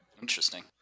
Interesting